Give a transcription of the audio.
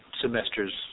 semester's